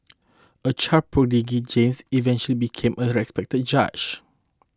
a child prodigy James eventually became a respected judge